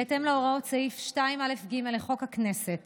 בהתאם להוראות סעיף 2א(ג) לחוק הכנסת